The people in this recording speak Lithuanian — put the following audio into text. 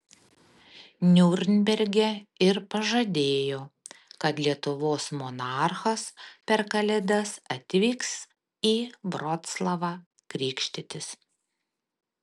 niurnberge ir pažadėjo kad lietuvos monarchas per kalėdas atvyks į vroclavą krikštytis